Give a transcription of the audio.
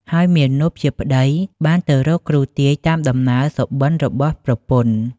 ហើយមាណពជាប្ដីបានទៅរកគ្រូទាយតាមដំណើរសប្ដិរបស់ប្រពន្ធ។